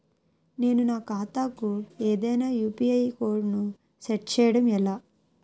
నేను నా ఖాతా కు ఏదైనా యు.పి.ఐ కోడ్ ను సెట్ చేయడం ఎలా?